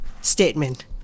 statement